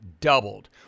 doubled